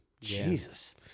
Jesus